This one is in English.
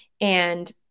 and-